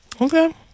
Okay